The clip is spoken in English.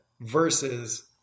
versus